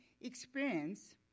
experience